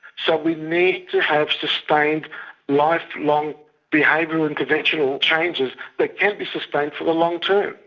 so we need to have sustained lifelong behavioural interventional changes that can be sustained for the long-term.